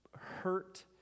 hurt